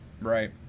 Right